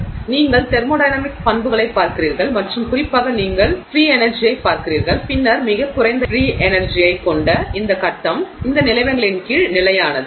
எனவே நீங்கள் தெர்மோடையனமிக்ஸ் பண்புகளைப் பார்க்கிறீர்கள் மற்றும் குறிப்பாக நீங்கள் ஃபிரீ எனர்ஜியைப் பார்க்கிறீர்கள் பின்னர் மிகக் குறைந்த இலவச ஃபிரீ எனர்ஜியைக் கொண்ட இந்த கட்டம் அந்த நிலைமைகளின் கீழ் நிலையானது